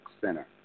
Center